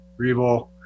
Revo